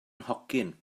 nhocyn